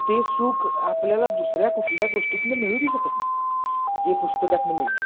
ते सुख आपल्याला दुसऱ्या कुठल्या गोष्टीतून मिळूबी शकत नाही जे पुस्तकातून मिळत आहे